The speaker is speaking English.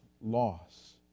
loss